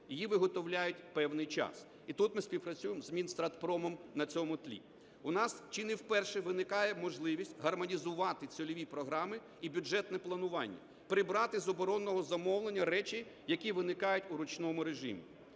її виготовляють певний час, і тут ми співпрацюємо з Мінстратегпромом на цьому тлі. У нас чи не вперше виникає можливість гармонізувати цільові програми і бюджетне планування, прибрати з оборонного замовлення речі, які виникають у ручному режимі.